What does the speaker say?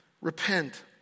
repent